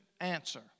answer